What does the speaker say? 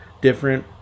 different